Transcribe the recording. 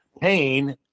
pain